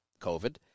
COVID